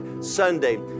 Sunday